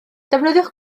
defnyddiwch